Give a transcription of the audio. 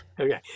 Okay